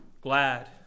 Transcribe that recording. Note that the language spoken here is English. glad